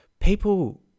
people